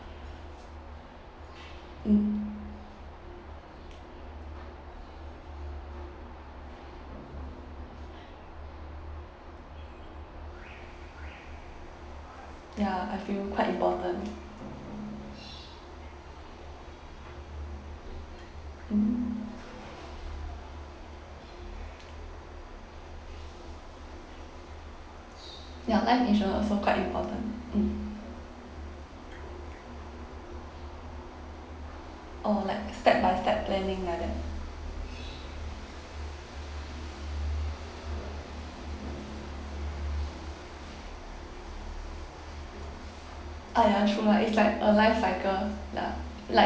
mm ya I feel quite important mm ya life insurance also quite important mm orh like step by step planning like that ah ya true lah it's like a life cycle lah like